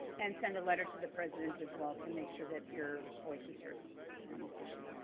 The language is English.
and send a letter to the president as well to make sure that your voice is heard on this issue